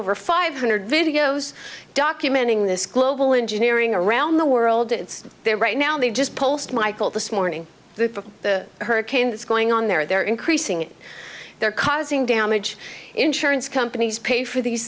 over five hundred videos documenting this global engineering around the world it's there right now they just post michel this morning the hurricane that's going on there they're increasing they're causing damage insurance companies pay for these